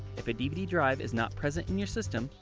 if a dvd drive is not present in your system,